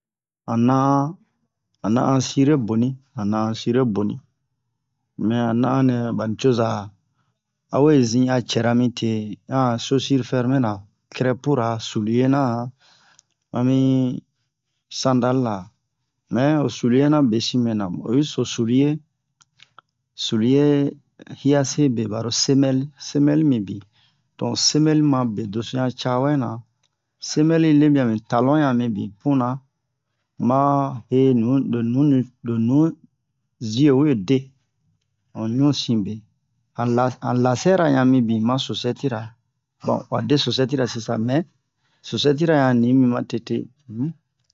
han na'an han na'an sire boni han na'an sire boni mɛ han na'an nɛ ba nicoza awe zin a cɛra mite han a han chosur ferme ra crɛpura solena ma mi sandal la mɛ ho sulena besin mɛ namu oyi so suli'e suli'e hiase be baro semɛl semɛl mibin don semɛl ma bedeso han cawɛ na semɛl yi lemia mi talon han mibin puna ma he nu lo nu mi lo nu zie we de ho nusin be han la lase ra yan mibin ma sosɛtira bon wa de sosɛtira si sa mɛ susɛtira yan nimi ma tete um